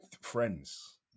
friends